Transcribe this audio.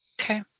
okay